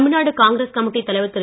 Tamil Nadu Congress committee தலைவர் திரு